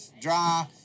dry